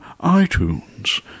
iTunes